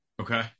Okay